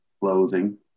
clothing